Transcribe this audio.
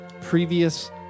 previous